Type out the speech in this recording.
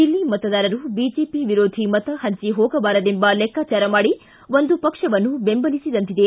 ದಿಲ್ಲಿ ಮತದಾರರು ಬಿಜೆಪಿ ವಿರೋಧಿ ಮತ ಪಂಜಿ ಹೋಗಬಾರದೆಂಬ ಲೆಕ್ಕಾಚಾರ ಮಾಡಿ ಒಂದು ಪಕ್ಷವನ್ನು ಬೆಂಬಲಿಸಿದಂತಿದೆ